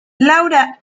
laura